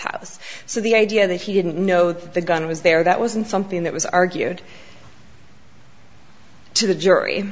house so the idea that he didn't know that the gun was there that wasn't something that was argued to the jury